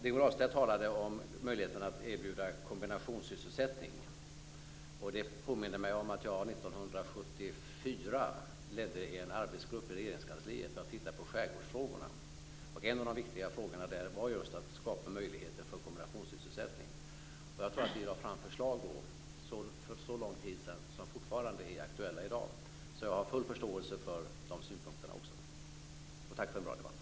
Rigmor Ahlstedt talade om möjligheten att erbjuda kombinationssysselsättning. Det påminde mig om att jag 1974 ledde en arbetsgrupp i Regeringskansliet som skulle titta på skärgården. En av de viktiga frågorna var just att skapa möjligheter för kombinationssysselsättning. Jag tror att vi då, för så lång tid sedan, lade fram förslag som fortfarande är aktuella i dag, så jag har full förståelse för de synpunkterna också. Tack för en bra debatt!